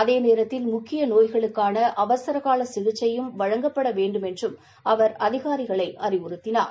அதே நேரத்தில் முக்கிய நோய்களுக்கான அவசரகால சிகிச்சையும் வழங்கப்பட வேண்டுமென்றும் அவர் அதிகாரிகளை அறிவுறுத்தினார்